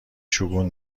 شگون